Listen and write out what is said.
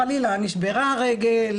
חלילה נשברה רגל,